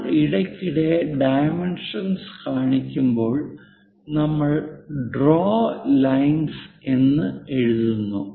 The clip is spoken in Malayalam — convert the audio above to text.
നമ്മൾ ഇടയ്ക്കിടെ ഡൈമെൻഷന്സ് കാണിക്കുമ്പോൾ നമ്മൾ ഡ്രോ ലൈൻസ് എന്ന് എഴുതുന്നു